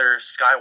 Skywalker